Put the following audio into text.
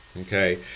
Okay